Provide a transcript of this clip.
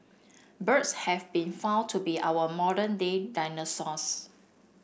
birds have been found to be our modern day dinosaurs